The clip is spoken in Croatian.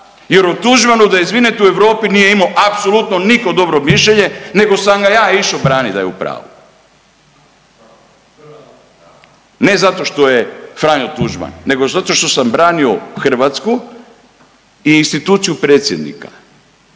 jer o Tuđmanu da izvinete u Europi nije imao apsolutno niko dobro mišljenje nego sam ga ja išao branit da je u pravu, ne zato što je Franjo Tuđman nego zato što sam branio Hrvatsku i instituciju predsjednika,